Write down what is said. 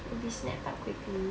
it'll be snapped up quickly